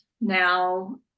now